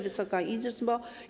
Wysoka Izbo!